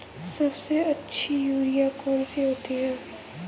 सबसे अच्छी यूरिया कौन सी होती है?